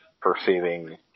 perceiving